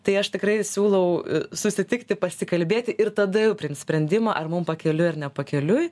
tai aš tikrai siūlau susitikti pasikalbėti ir tada jau priimt sprendimą ar mum pakeliui ar ne pakeliui